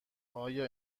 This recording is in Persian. آیا